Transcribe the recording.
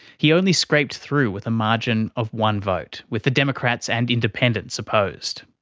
he only scraped through with a margin of one vote, with the democrats and independents opposed.